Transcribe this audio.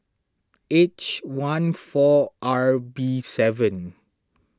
H one four R B seven